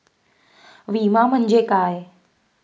विमा म्हणजे काय?